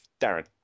darren